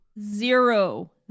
Zero